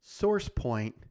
SourcePoint